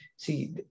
See